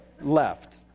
left